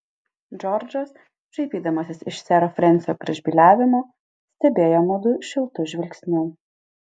džordžas šaipydamasis iš sero frensio gražbyliavimo stebėjo mudu šiltu žvilgsniu